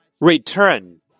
Return